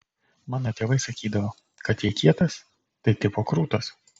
mano tėvai sakydavo kad jei kietas tai tipo krūtas